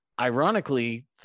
Ironically